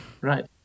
Right